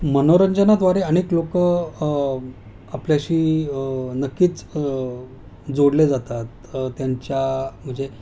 मनोरंजनाद्वारे अनेक लोक आपल्याशी नक्कीच जोडले जातात त्यांच्या म्हणजे